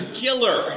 killer